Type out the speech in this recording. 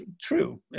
true